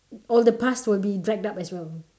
all the past will be dragged up as well